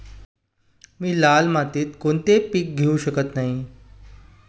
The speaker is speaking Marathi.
मी लाल मातीत कोणते पीक घेवू शकत नाही?